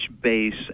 base